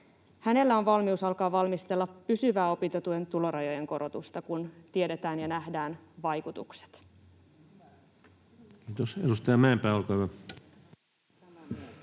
hänellä on valmius alkaa valmistella pysyvää opintotuen tulorajojen korotusta, kun tiedetään ja nähdään vaikutukset. [Speech 133] Speaker: